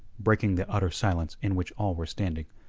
breaking the utter silence in which all were standing.